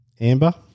Amber